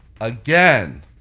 again